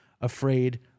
afraid